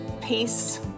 peace